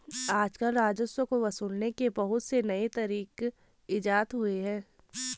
आजकल राजस्व को वसूलने के बहुत से नये तरीक इजात हुए हैं